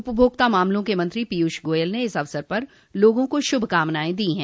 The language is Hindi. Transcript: उपभोक्ता मामलों के मंत्री पीयुष गोयल ने इस अवसर पर लोगों को शुभकामनाएं दी हैं